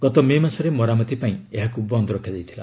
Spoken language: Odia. ଗତ ମେ ମାସରେ ମରାମତି ପାଇଁ ଏହାକୁ ବନ୍ଦ ରଖାଯାଇଥିଲା